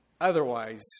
Otherwise